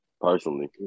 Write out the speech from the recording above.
personally